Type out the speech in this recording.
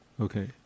Okay